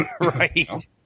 Right